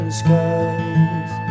skies